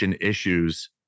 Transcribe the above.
issues